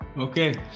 Okay